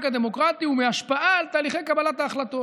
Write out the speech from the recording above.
הדמוקרטי ומהשפעה על תהליכי קבלת ההחלטות.